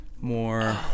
more